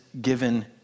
given